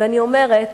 אני אומרת